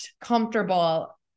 comfortable